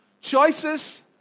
Choices